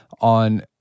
on